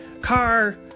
car